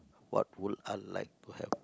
what will I like to have